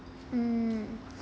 mm